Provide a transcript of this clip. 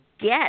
get